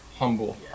humble